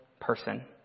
person